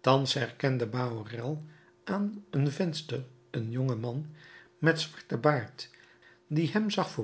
thans herkende bahorel aan een venster een jongen man met zwarten baard die hem zag